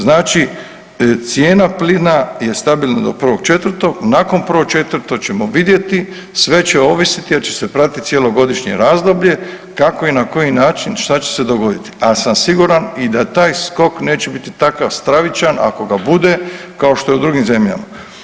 Znači cijena plina je stabilna do 1.4., nakon 1.4. ćemo vidjeti sve će ovisiti jer će se pratiti cjelogodišnje razdoblje kako i na koji način šta će se dogoditi, ali sam siguran i da taj skok neće biti takav stravičan ako ga bude kao što je u drugim zemljama.